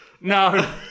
No